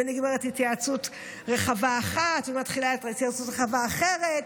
ונגמרת התייעצות רחבה אחת ומתחילה התייעצות רחבה אחרת.